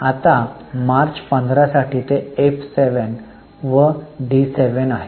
आता मार्च 15 साठी ते F7 वर डी 7 आहे